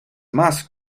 más